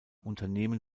unternehmen